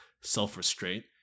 self-restraint